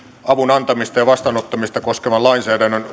avun antamista ja vastaanottamista koskevan lainsäädännön